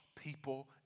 people